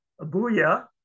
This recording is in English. Abuya